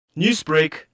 Newsbreak